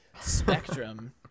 Spectrum